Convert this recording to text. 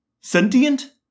Sentient